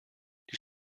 die